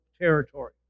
territory